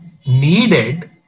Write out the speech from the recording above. needed